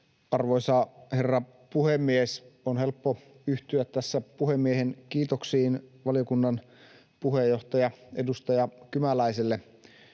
Arvoisa herra puhemies! On helppo yhtyä tässä puhemiehen kiitoksiin valiokunnan puheenjohtajalle, edustaja Kymäläiselle.